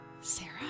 Sarah